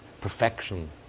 perfection